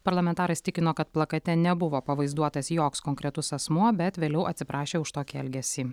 parlamentaras tikino kad plakate nebuvo pavaizduotas joks konkretus asmuo bet vėliau atsiprašė už tokį elgesį